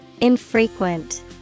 Infrequent